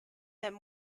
them